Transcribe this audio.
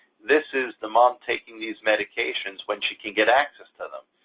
this is the mom taking these medications when she can get access to them.